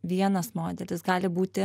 vienas modelis gali būti